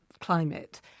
climate